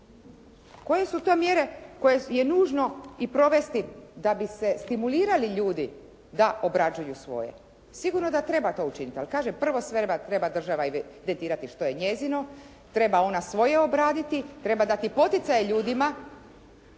Koje su to mjere koje je nužno i provesti da bi se stimulirali ljudi da obrađuju svoje? Sigurno da treba to učiniti, ali kažem prvo treba država … /Govornica se ne razumije./ … što je njezino, treba ona svoje obraditi, treba dati poticaje ljudima,